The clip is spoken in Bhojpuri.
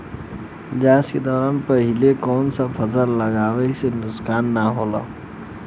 जाँच के दौरान पहिले कौन से फसल लगावे से नुकसान न होला?